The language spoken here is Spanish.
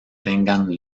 tengan